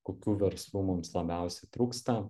kokių verslų mums labiausiai trūksta